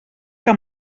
que